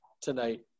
tonight